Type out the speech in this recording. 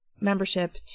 membership